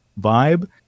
vibe